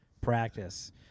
practice